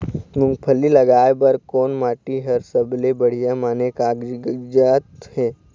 मूंगफली लगाय बर कोन माटी हर सबले बढ़िया माने कागजात हे?